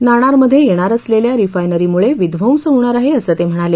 नाणारमध्ये येणार असलेल्या रिफायनरीमुळे विध्वंस होणार आहे असं ते म्हणाले